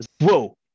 Whoa